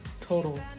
total